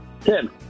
Tim